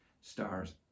stars